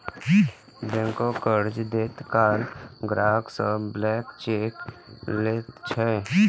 बैंको कर्ज दैत काल ग्राहक सं ब्लैंक चेक लैत छै